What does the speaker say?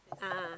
a'ah